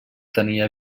tenia